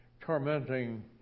tormenting